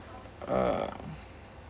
um